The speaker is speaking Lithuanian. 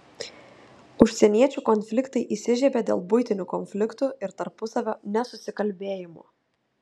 užsieniečių konfliktai įsižiebia dėl buitinių konfliktų ir tarpusavio nesusikalbėjimo